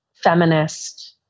Feminist